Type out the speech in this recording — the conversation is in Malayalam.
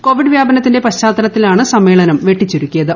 കോവിഡ് വ്യാപനത്തിന്റെ പശ്ചാത്തലത്തിലാണ് സമ്മേളനം വെട്ടിച്ചുരുക്കിയത്